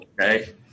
Okay